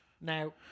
Now